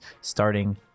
starting